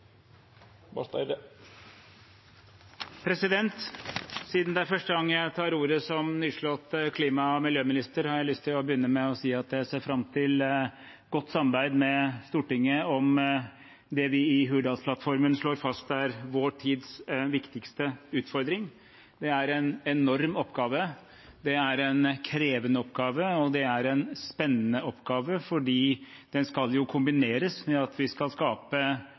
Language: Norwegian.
Siden det er første gang jeg tar ordet som nyslått klima- og miljøminister, har jeg lyst til å begynne med å si at jeg ser fram til godt samarbeid med Stortinget om det vi i Hurdalsplattformen slår fast er vår tids viktigste utfordring. Det er en enorm oppgave, det er en krevende oppgave, og det er en spennende oppgave, for den skal jo kombineres med at vi skal skape